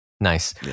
Nice